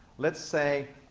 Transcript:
let's say,